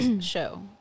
show